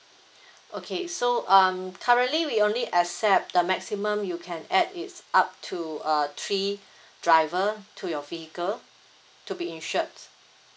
okay so uh currently we only accept the maximum you can add is up to a three driver to your vehicle to be insured